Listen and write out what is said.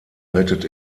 rettet